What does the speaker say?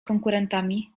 konkurentami